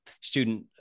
student